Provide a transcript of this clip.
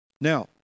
Now